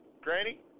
Granny